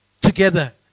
together